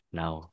now